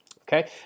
okay